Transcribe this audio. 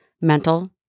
mental